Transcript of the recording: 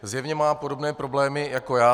Zjevně má podobné problémy jako já.